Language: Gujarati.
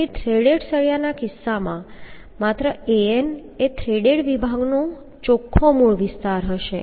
તેથી થ્રેડેડ સળિયાના કિસ્સામાં માત્ર An એ થ્રેડેડ વિભાગનો ચોખ્ખો મૂળ વિસ્તાર હશે